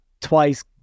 twice